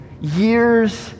years